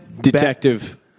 detective